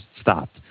stopped